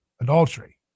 adultery